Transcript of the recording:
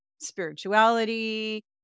Spirituality